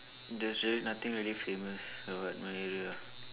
there's really nothing really famous about my area ah